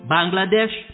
Bangladesh